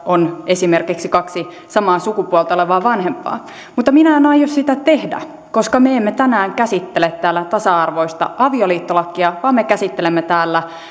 on esimerkiksi kaksi samaa sukupuolta olevaa vanhempaa mutta minä en aio sitä tehdä koska me me emme tänään käsittele täällä tasa arvoista avioliittolakia vaan me käsittelemme täällä